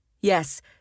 Yes